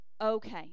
okay